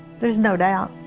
there's no doubt.